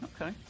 Okay